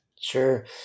sure